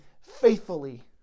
faithfully